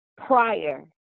prior